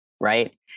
right